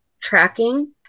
tracking